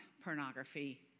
pornography